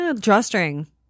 drawstring